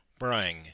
brang